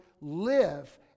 live